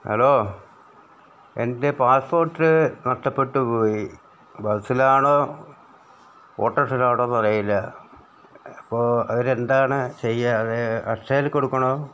hello എൻ്റെ passport നഷ്ടപ്പെട്ടു പോയി ബസ്സിലാണോ ഓട്ടോറിക്ഷയിലാണോ എന്നറിയില്ല അപ്പോൾ അതിന് എന്താണ് ചെയ്യുക അക്ഷയില് കൊടുക്കണോ